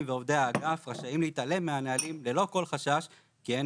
ועובדי האגף רשאים להתעלם מהנהלים ללא כל חשש כי אין